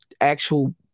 actual